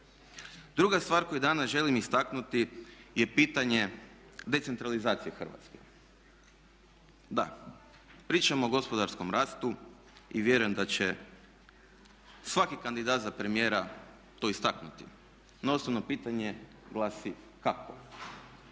Druga stvar koju danas želim istaknuti je pitanje decentralizacije Hrvatske. Da, pričamo o gospodarskom rastu i vjerujem da će svaki kandidat za premijera to istaknuti. No osnovno pitanje glasi kako?